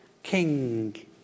King